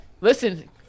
listen